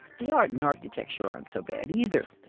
the art and architecture aren't so bad either.